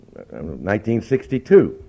1962